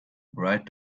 bright